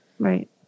Right